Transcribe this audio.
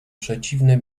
przeciwne